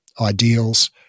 ideals